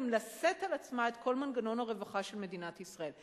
לשאת על עצמה את כל מנגנון הרווחה של מדינת ישראל,